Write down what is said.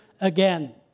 again